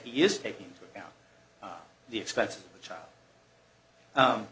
he is taking into account the expense of the child